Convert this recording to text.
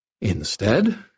Instead